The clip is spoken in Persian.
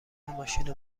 ماشین